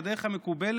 בדיוק.